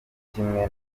kimwe